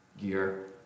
gear